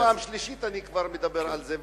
אולי פעם שלישית אני כבר מדבר על זה,